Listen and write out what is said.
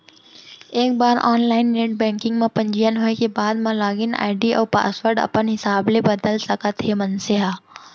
एक बार online net banking म पंजीयन होए के बाद म लागिन आईडी अउ पासवर्ड अपन हिसाब ले बदल सकत हे मनसे ह